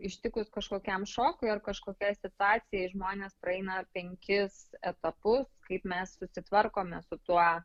ištikus kažkokiam šokui ar kažkokiai situacijai žmonės praeina penkis etapus kaip mes susitvarkome su tuo